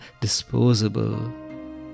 disposable